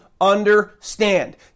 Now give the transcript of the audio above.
understand